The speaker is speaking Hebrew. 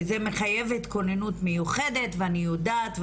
זה מחייב התכוננות מיוחדת ואני יודעת,